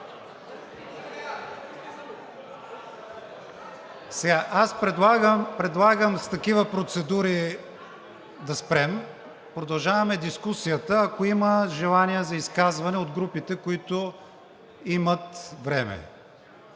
Аз предлагам с такива процедури да спрем. Продължаваме дискусията, ако има желание за изказване от групите, които имат време.